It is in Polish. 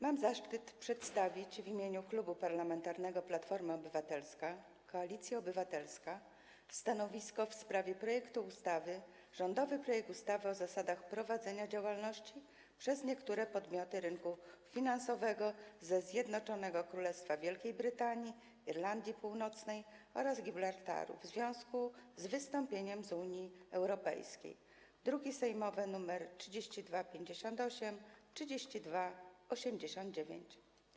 Mam zaszczyt przedstawić w imieniu Klubu Parlamentarnego Platforma Obywatelska - Koalicja Obywatelska stanowisko w sprawie rządowego projektu ustawy o zasadach prowadzenia działalności przez niektóre podmioty rynku finansowego ze Zjednoczonego Królestwa Wielkiej Brytanii i Irlandii Północnej oraz Gibraltaru w związku z wystąpieniem z Unii Europejskiej, druki sejmowe nr 3258 i 3289.